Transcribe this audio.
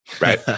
Right